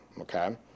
okay